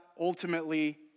ultimately